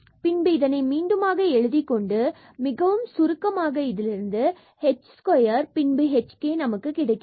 எனவே பின்பு இதனை மீண்டுமாக எழுதிக்கொண்டு மிகவும் சுருக்கமாக இதிலிருந்து h is square பின்பு hk நமக்கு கிடைக்கிறது